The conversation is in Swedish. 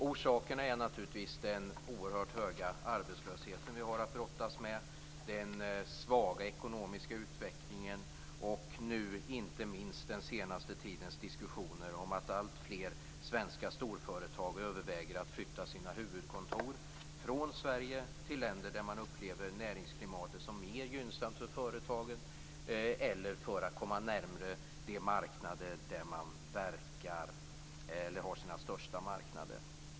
Orsakerna är naturligtvis den oerhört höga arbetslösheten vi har att brottas med, den svaga ekonomiska utvecklingen och nu, inte minst, den senaste tidens diskussioner om att alltfler svenska storföretag överväger att flytta sina huvudkontor från Sverige till länder där man upplever näringsklimatet som mer gynnsamt för företagen eller för att komma närmare de största marknaderna.